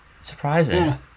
surprising